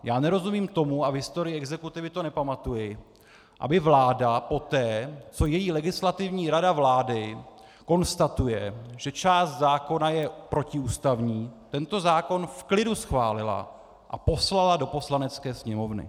Já nerozumím tomu a v historii exekutivy to nepamatuji, aby vláda poté, co její Legislativní rada vlády konstatuje, že část zákona je protiústavní, tento zákon v klidu schválila a poslala do Poslanecké sněmovny.